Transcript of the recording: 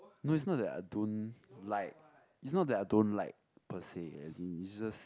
no it's not that I don't like it's not that I don't like per se as in it's just